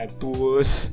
tools